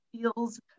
feels